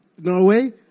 Norway